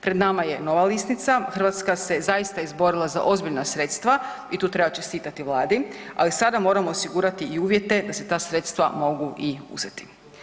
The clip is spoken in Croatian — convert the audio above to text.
Pred nama je nova lisnica, Hrvatska se zaista izborila za ozbiljna sredstava i tu treba čestitati Vladi, ali sada moramo osigurati i uvjete da se ta sredstva mogu i uzeti.